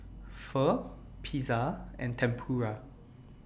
Pho Pizza and Tempura